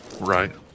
right